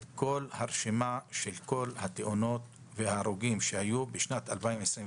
הרשימה של כל התאונות וההרוגים שהיו בשנת 2021,